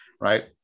right